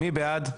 מי בעד?